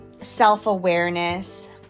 self-awareness